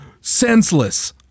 senseless